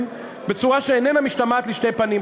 בצורה שאיננה משתמעת לשתי פנים,